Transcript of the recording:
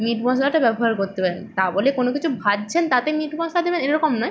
meet মশলাটা ব্যবহার করতে পারেন তা বলে কোনো কিছু ভাজছেন তাতে মিট মশলা দেবেন এরকম নয়